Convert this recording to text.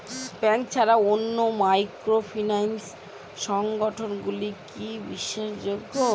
Bank ছাড়া অন্যান্য microfinance সংগঠন গুলি কি বিশ্বাসযোগ্য?